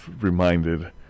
reminded